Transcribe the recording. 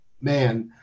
man